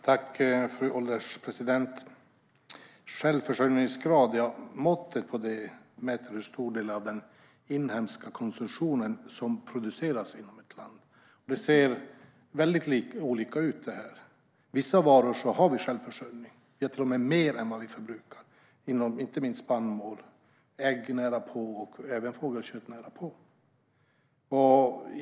Fru ålderspresident! Självförsörjningsgrad är ett mått på hur stor del av den inhemska konsumtionen som härrör från produktion inom landet. Det ser väldigt olika ut. Vad gäller vissa varor har vi självförsörjning eller till och med större produktion än förbrukning. Det gäller inte minst spannmål, men närapå även ägg och fågelkött.